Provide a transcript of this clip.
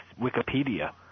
Wikipedia